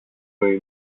ζωή